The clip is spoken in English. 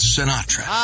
Sinatra